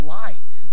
light